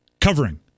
covering